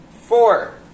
four